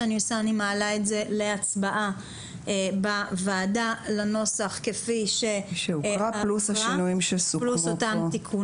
אני מעלה להצבעה בוועדה את הנוסח כפי שהוקרא פלוס אותם תיקונים.